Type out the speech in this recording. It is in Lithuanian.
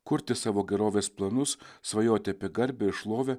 kurti savo gerovės planus svajoti apie garbę ir šlovę